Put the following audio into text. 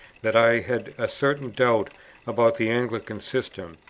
that i had a certain doubt about the anglican system,